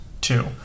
Two